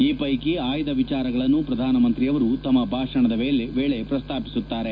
ಈ ಪೈಕಿ ಆಯ್ಲ ವಿಚಾರಗಳನ್ನು ಪ್ರಧಾನಮಂತ್ರಿಯವರು ತಮ್ಮ ಭಾಷಣದ ವೇಳೆ ಪ್ರಸ್ನಾಪಿಸುತ್ತಾರೆ